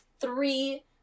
three